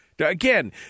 Again